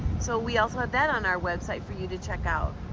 so we also have that on our website for you to check out.